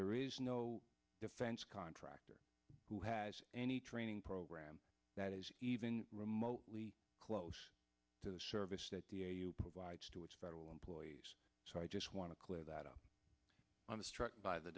there is no defense contractor who has any training program that is even remotely close to the service that provides to its federal employees so i just want to clear that up on the struck by the